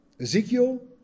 Ezekiel